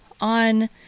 on